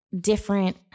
different